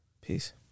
Peace